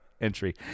entry